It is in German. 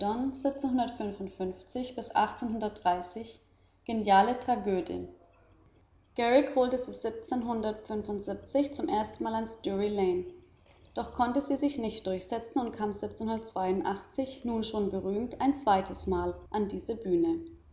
geniale tragödin garrick holte zum ersten mal ans drury lane doch konnte sie sich nicht durchsetzen und kam nun schon berühmt ein zweites mal an diese bühne